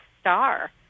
Star